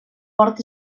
port